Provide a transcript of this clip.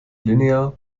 linear